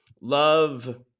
love